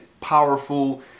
Powerful